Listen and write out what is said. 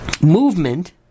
movement